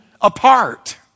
apart